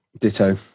Ditto